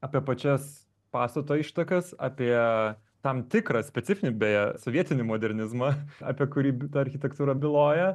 apie pačias pastato ištakas apie tam tikrą specifinį beje sovietinį modernizmą apie kurį ta architektūra byloja